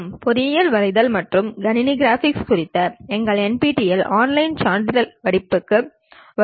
engineering drawing and computer graphics குறித்த எங்கள் NPTEL online சான்றிதழ் பாடத்திற்கு உங்களை வரவேற்கிறேன்